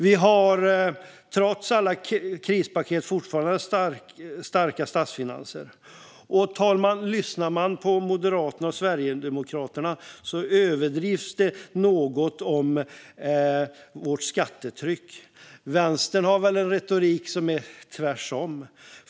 Vi har, trots alla krispaket, fortfarande starka statsfinanser. Fru talman! Från Moderaterna och Sverigedemokraterna överdrivs det något när det gäller vårt skattetryck. Vänstern har väl en retorik som är tvärtom.